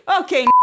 Okay